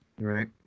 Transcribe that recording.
Right